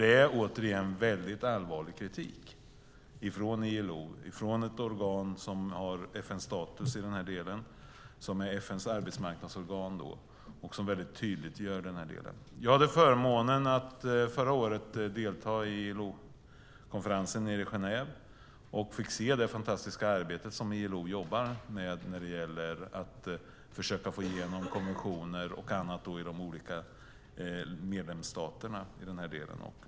Det är återigen väldigt allvarlig kritik från ILO, ett organ som är FN:s arbetsmarknadsorgan och som är väldigt tydligt i det man gör. Förra året hade jag förmånen att få delta i ILO-konferensen i Genève och få se det fantastiska arbete som ILO gör med att få igenom konventioner och annat i de olika medlemsstaterna.